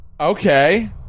Okay